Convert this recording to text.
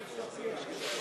רבותי השרים,